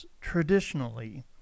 traditionally